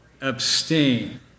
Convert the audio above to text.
abstain